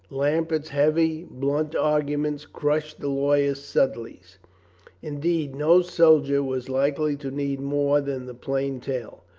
lambert's heavy, blunt arguments crushed the lawyer's subtleties indeed, no soldier was likely to need more than the plain tale.